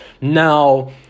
Now